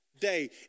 day